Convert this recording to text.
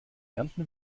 ernten